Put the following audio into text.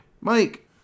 Mike